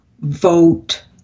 vote